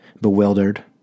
Bewildered